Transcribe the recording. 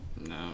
No